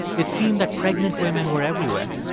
it seemed that pregnant women were everywhere,